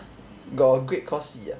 got a grade called C ah